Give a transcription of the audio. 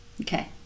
Okay